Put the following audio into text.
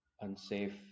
unsafe